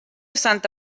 santa